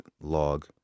log